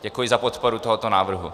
Děkuji za podporu tohoto návrhu.